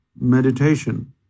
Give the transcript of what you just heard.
meditation